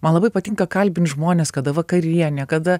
man labai patinka kalbint žmones kada vakarienė kada